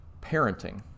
parenting